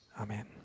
Amen